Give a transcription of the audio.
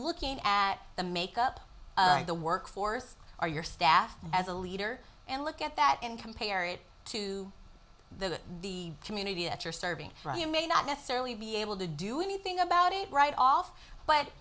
looking at the make up the workforce or your staff as a leader and look at that and compare it to the the community that you're serving you may not necessarily be able to do anything about it right off but